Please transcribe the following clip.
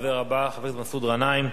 הדובר הבא, חבר הכנסת מסעוד גנאים.